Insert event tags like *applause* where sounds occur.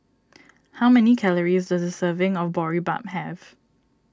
*noise* how many calories does a serving of Boribap have